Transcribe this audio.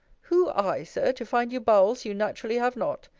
who, i, sir, to find you bowels you naturally have not?